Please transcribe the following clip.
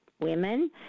Women